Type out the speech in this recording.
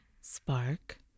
Spark